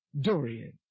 Dorian